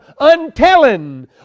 untelling